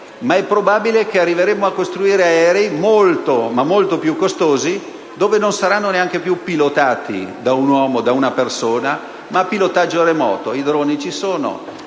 ma è probabile che arriveremo a costruire aerei molto, molto più costosi, che non saranno neanche più pilotati da una persona, ma saranno a pilotaggio remoto. I droni esistono: